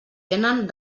tenen